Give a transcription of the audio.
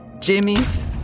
Jimmy's